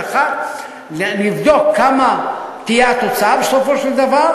אחת לבדוק מה תהיה התוצאה בסופו של דבר,